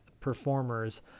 performers